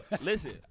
Listen